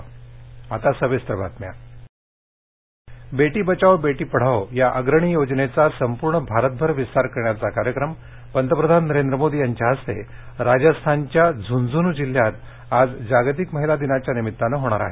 बेटी बचाओ बेटी पढाओ बेटी बचाओ बेटी पढाओ या अग्रणी योजनेचा संपूर्ण भारतभर विस्तार करण्याचा कार्यक्रम पंतप्रधान नरेंद्र मोदी यांच्या हस्ते राजस्थानच्या झुनझुनु जिल्ह्यात आज जागतिक महिला दिनाच्या निमित्तानं होणार आहे